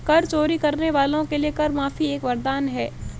कर चोरी करने वालों के लिए कर माफी एक वरदान है